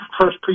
first